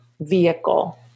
vehicle